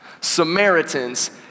Samaritans